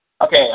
Okay